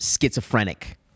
schizophrenic